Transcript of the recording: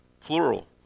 plural